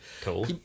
Cool